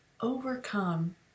overcome